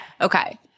Okay